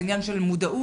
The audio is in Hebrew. זה עניין של מודעות,